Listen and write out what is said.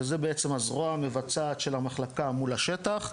שזה בעצם הזרוע המבצעת של המחלקה מול השטח,